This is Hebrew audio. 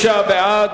26 בעד,